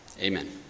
Amen